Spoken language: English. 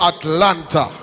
Atlanta